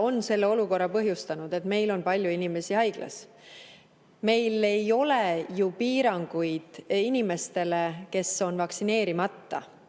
on põhjustanud olukorra, kus meil on palju inimesi haiglas. Meil ei ole ju piiranguid inimestele, kes on vaktsineeritud.